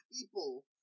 people